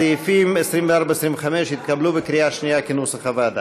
סעיפים 24 25 התקבלו בקריאה שנייה, כנוסח הוועדה.